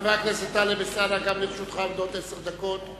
חבר הכנסת טלב אלסאנע, גם לרשותך עומדות עשר דקות.